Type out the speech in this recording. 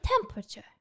temperature